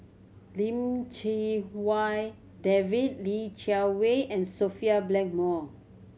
Lim Chee Wai David Li Jiawei and Sophia Blackmore